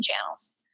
channels